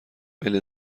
خیلی